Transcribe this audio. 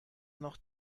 noch